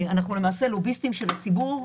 אנחנו למעשה לוביסטים של הציבור.